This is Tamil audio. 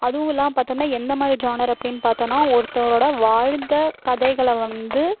அதுவும் இல்லாமல் பார்த்தோம்னா எந்த மாதிரி ஜோனர் அப்படின்னு பார்த்தோம்னா ஒருத்தவரோட வாழ்ந்த கதைகளை வந்து